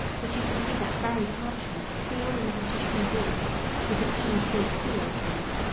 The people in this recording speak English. but you can see that very parchment sealed in the british museum with the king's big seal to it.